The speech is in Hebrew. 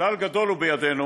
"כלל גדול הוא בידינו